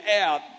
out